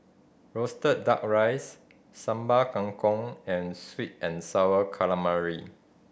roasted Duck Rice Sambal Kangkong and sweet and Sour Calamari